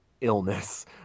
illness